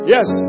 Yes